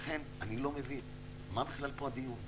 לכן אני לא מבין מה בכלל הדיון פה?